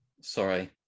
sorry